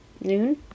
noon